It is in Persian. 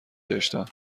داشتم